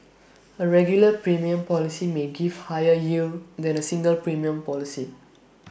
A regular premium policy may give higher yield than A single premium policy